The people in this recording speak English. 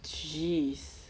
jeez